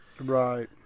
Right